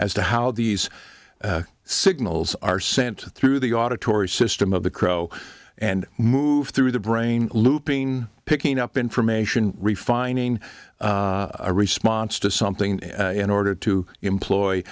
to how these signals are sent through the auditory system of the crow and move through the brain looping picking up information refining a response to something in order to employ